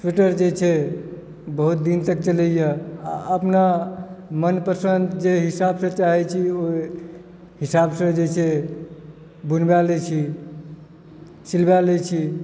sweater जे छै बहुत दिन तक चलैए आ अपना मनपसन्द जे हिसाबसँ चाहैत छी ओहि हिसाबसँ जे छै से बुनवा लैत छी सिलवा लैत छी